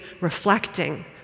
reflecting